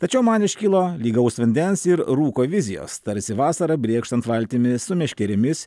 tačiau man iškilo lygaus vandens ir rūko vizijos tarsi vasarą brėkštant valtimi su meškerėmis